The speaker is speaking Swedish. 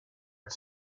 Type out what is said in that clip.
att